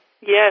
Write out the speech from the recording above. Yes